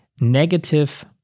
negative